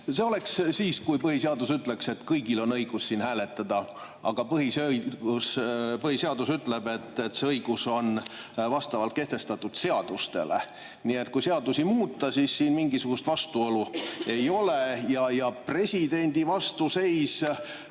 siis, kui põhiseadus ütleks, et kõigil on õigus siin hääletada. Aga põhiseadus ütleb, et see õigus on vastavalt kehtestatud seadustele. Kui seadusi muuta, siis mingisugust vastuolu ei ole. Presidendi vastuseis